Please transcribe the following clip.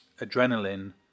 adrenaline